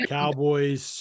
Cowboys